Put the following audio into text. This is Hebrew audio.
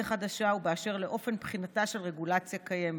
חדשה ובאשר לאופן בחינתה של רגולציה קיימת.